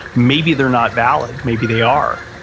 maybe they're not valid. maybe they are.